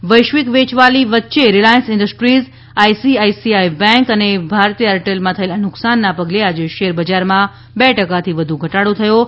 શેરબજાર વૈશ્વિક વેચવાલી વચ્ચે રિલાયન્સ ઇન્ડસ્ટ્રીઝ આઈસીઆઈસીઆઈ બેંક અને ભારતી એરટેલમાં થયેલા નુકસાનના પગલે આજે શેર બજારમાં બે ટકાથી વધુ ઘટાડો થયો છે